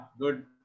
good